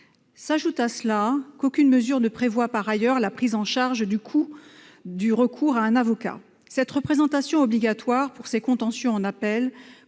S'ajoute à cela qu'aucune mesure ne prévoit la prise en charge du coût du recours à un avocat. La représentation obligatoire pour ces contentieux en appel